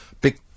Big